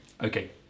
Okay